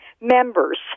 members